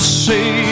say